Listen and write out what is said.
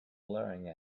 blaring